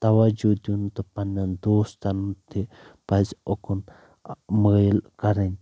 توجوٗ دِیُن تہٕ پننیٚن دوستن تہِ پزِ اُکن مٲیل کرٕنۍ